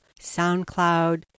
SoundCloud